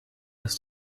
ist